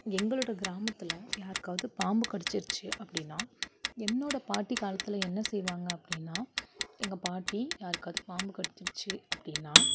எங்களோடய கிராமத்தில் யாருக்காவது பாம்பு கடிச்சிடுச்சு அப்படின்னா என்னோடய பாட்டி காலத்தில் என்ன செய்வாங்க அப்படின்னா எங்கள் பாட்டி யாருக்காவது பாம்பு கடிச்சிடுச்சு அப்படின்னா